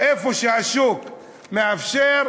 איפה שהשוק מאפשר,